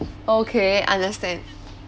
okay understand